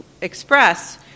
express